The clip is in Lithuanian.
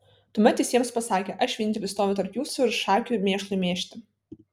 tuomet jis jiems pasakė aš vienintelis stoviu tarp jūsų ir šakių mėšlui mėžti